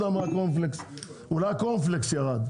אולי הקורנפלקס ירד.